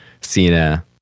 Cena